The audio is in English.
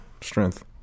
strength